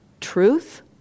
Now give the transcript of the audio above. truth